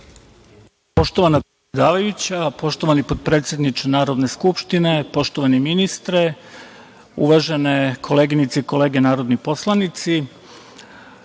Poštovana predsedavajuća, poštovani potpredsedniče Narodne skupštine, poštovani ministre, uvažene koleginice i kolege narodni poslanici,